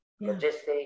Logistics